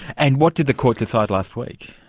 and what did the courts decide last week?